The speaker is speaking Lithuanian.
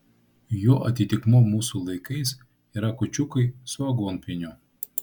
jo atitikmuo mūsų laikais yra kūčiukai su aguonpieniu